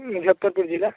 मुजफ़्फ़रपुर ज़िला